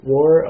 War